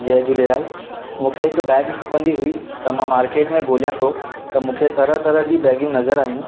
जय झूलेलाल मूंखे हिकु बैग खपंदी हुई त मां मार्केट में ॻोल्हियां पियो त मूंखे तरह तरह जी बैगियूं नज़र आयूं